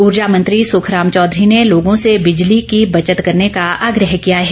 ऊर्जा मंत्री सुखराम चौधरी ने लोगों से बिजली की बचत करने का आग्रह किया है